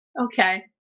Okay